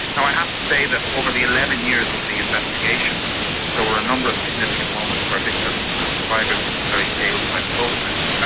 i have to say that over the eleven years of the investigation there were a number of significant moments where victims and survivors are very failed by the process.